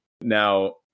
Now